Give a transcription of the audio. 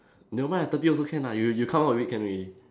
never mind ah thirty also can ah you you come out with it can already